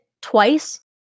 twice